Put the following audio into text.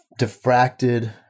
diffracted